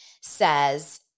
says